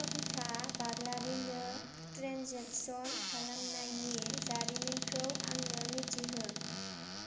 खोमथा बाग्लारिनो ट्रेन्जेकसन खालामनायनि जारिमिनखौ आंनो मिथिहो